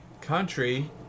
Country